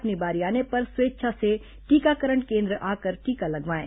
अपनी बारी आने पर स्वेच्छा से टीकाकरण केन्द्र आकर टीका लगवाएं